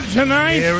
tonight